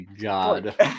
God